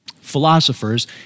philosophers